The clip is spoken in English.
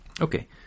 Okay